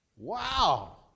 Wow